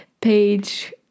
page